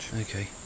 Okay